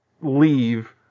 leave